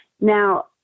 Now